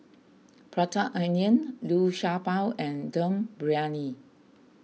Prata Onion Liu Sha Bao and Dum Briyani